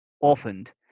orphaned